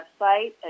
website